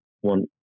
one